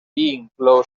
inclou